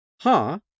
Ha